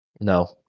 No